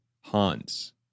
Hans